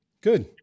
Good